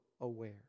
aware